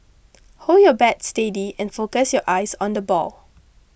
hold your bat steady and focus your eyes on the ball